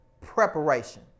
Preparation